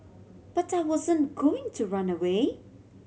but I wasn't going to run away